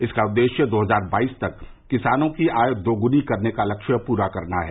इसका उद्देश्य दो हजार बाईस तक किसानों की आय दोगुनी करने का लक्ष्य प्रा करना है